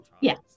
Yes